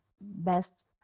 best